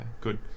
good